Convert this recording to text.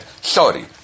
sorry